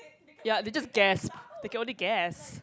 ya they just gasp they can only gasp